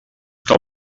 que